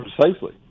precisely